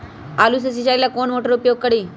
आलू के सिंचाई ला कौन मोटर उपयोग करी?